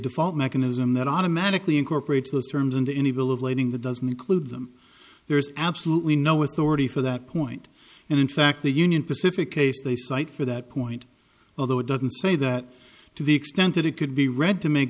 default mechanism that automatically incorporates those terms into any bill of lading that doesn't include them there's absolutely no authority for that point and in fact the union pacific case they cite for that point although it doesn't say that to the extent that it could be read to make